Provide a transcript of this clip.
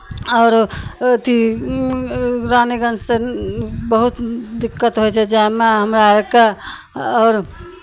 आओर अथी रानीगंजसँ बहुत दिक्कत होइ छै जायमे हमरा अरकेँ आओर